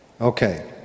Okay